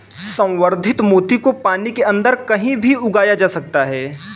संवर्धित मोती को पानी के अंदर कहीं भी उगाया जा सकता है